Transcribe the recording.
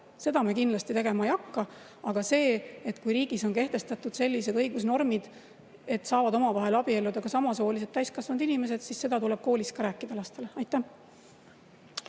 Seda me kindlasti tegema ei hakka. Aga see, et kui riigis on kehtestatud sellised õigusnormid, et omavahel saavad abielluda ka samasoolised täiskasvanud inimesed, siis seda tuleb koolis ka lastele rääkida. Aitäh!